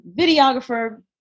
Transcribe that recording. videographer